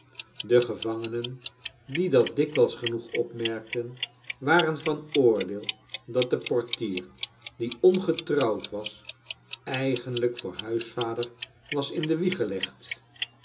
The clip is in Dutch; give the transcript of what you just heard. de gevangenen die dat dikwijls genoeg opmcrkten waren van oordeel dat de portier die ongetrouwd was eigenfijk voor huisvader was in de